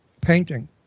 Painting